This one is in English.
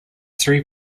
three